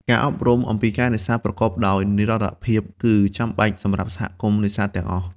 ការអប់រំ អំពីការនេសាទប្រកបដោយនិរន្តរភាពគឺចាំបាច់សម្រាប់សហគមន៍នេសាទទាំងអស់។